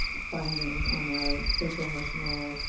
findings on a social, emotional,